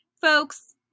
folks